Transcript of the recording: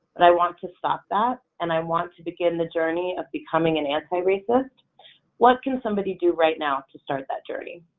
but i want to stop that and i want to begin the journey of becoming an anti-racist. what can somebody do right now to start that journey?